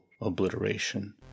obliteration